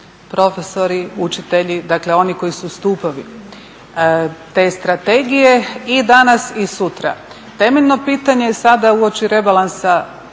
profesori, učitelji. Dakle, oni koji su stupovi te strategije i danas i sutra. Temeljno pitanje sada uoči rebalansa